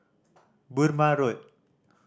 Burmah Road